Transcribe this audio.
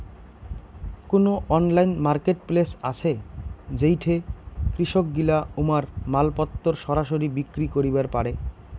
কুনো online marketplace আছে যেইঠে কৃষকগিলা উমার মালপত্তর সরাসরি বিক্রি করিবার পারে?